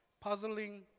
puzzling